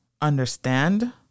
understand